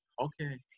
okay